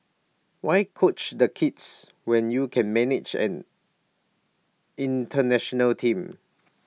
why coach the kids when you can manage an International team